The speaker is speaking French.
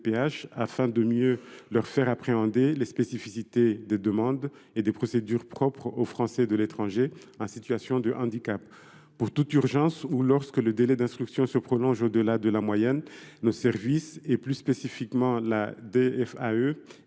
afin de mieux leur faire appréhender les spécificités des demandes et des procédures propres aux Français de l’étranger en situation de handicap. Pour toute urgence ou lorsque le délai d’instruction se prolonge au delà de la moyenne, nos services – et plus spécifiquement la DFAE